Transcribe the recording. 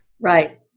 Right